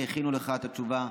מה הכינו לך בתשובה.